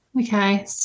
okay